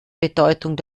bedeutung